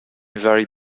very